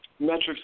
Metrics